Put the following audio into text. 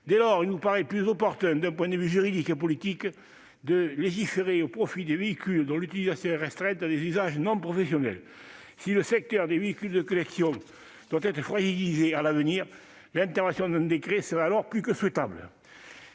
Dès lors, il ne nous apparaît pas opportun, d'un point de vue juridique et politique, de légiférer au profit de véhicules dont l'utilisation est restreinte à des usages non professionnels. Si le secteur du véhicule de collection devait être fragilisé dans l'avenir, envisager la publication d'un décret serait plus que souhaitable.